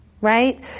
right